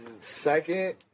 second